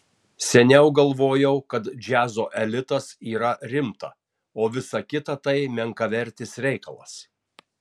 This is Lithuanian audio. seniau galvojau kad džiazo elitas yra rimta o visa kita tai menkavertis reikalas